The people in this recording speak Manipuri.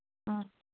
ꯑ